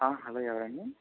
ఆ హలో ఎవరండి